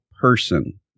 person